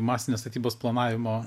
masinės statybos planavimo